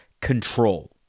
control